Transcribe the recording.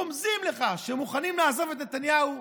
רק רומזים לך שהם מוכנים לעזוב את נתניהו,